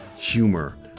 Humor